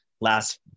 last